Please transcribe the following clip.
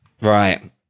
Right